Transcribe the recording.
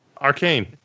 Arcane